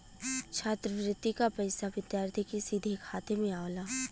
छात्रवृति क पइसा विद्यार्थी के सीधे खाते में आवला